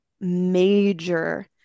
Major